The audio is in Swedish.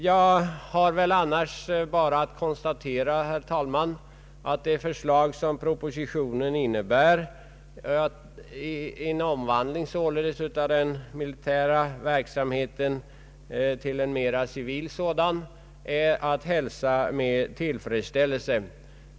Jag har väl annars bara att konstatera, herr talman, att förslaget i propositionen innebär en omvandling av den militära verksamheten till en mera civil sådan, vilket är att hälsa med tillfredsställelse.